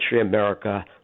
America